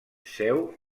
seu